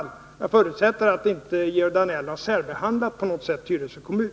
Jag förutsätter att Georg Danell inte på något sätt har särbehandlat Tyresö kommun.